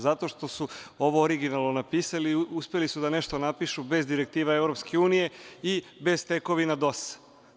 Zato što su ovo originalno napisali, uspeli su da nešto napišu bez direktiva Evropske unije i bez tekovina DOS-a.